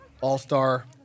all-star